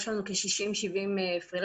יש לנו 60 70 פרילנסרים,